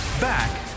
Back